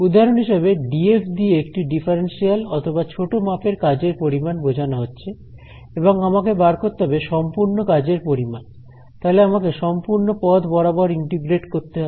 উদাহরণ হিসেবে ডিএফ দিয়ে একটি ডিফারেনশিয়াল অথবা ছোট মাপের কাজের পরিমাণ বোঝানো হচ্ছে এবং আমাকে বার করতে হবে সম্পূর্ণ কাজের পরিমাণ তাহলে আমাকে সম্পূর্ণ পথ বরাবর ইন্টিগ্রেট করতে হবে